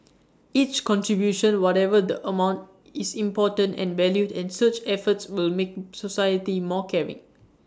each contribution whatever the amount is important and valued and such efforts will make society more caring